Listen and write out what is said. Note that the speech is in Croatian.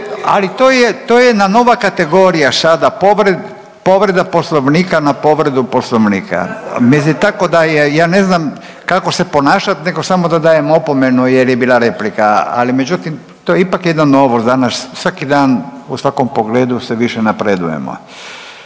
je, to je jedan nova kategorija sada, povreda poslovnika na povredu poslovnika, mislim tako da je, ja ne znam kako se ponašat nego samo da dajem opomenu jer je bila replika, ali međutim to je ipak jedna novost danas, svaki dan u svakom pogledu sve više napredujemo.